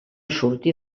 sortir